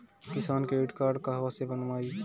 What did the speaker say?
किसान credit card कहवा से बनवाई?